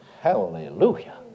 Hallelujah